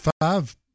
five